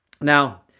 Now